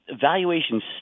valuations